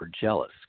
jealous